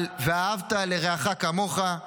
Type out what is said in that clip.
על "ואהבת לרעך כמוך",